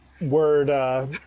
word